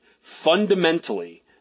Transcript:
fundamentally